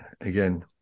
again